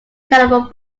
telephone